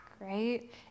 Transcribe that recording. Right